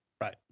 right